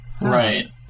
Right